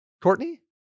Courtney